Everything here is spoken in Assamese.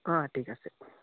অঁ ঠিক আছে